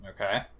okay